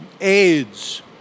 AIDS